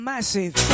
Massive